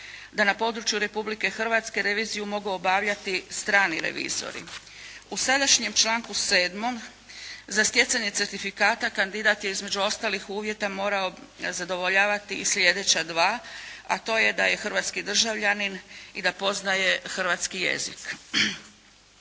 da na području Republike Hrvatske reviziju mogu obavljati strani revizori. U sadašnjem članku 7. za stjecanje certifikata kandidat je između ostalih uvjeta morao zadovoljavati i sljedeća dva, a to je da je hrvatski državljanin i da poznaje hrvatski jezik.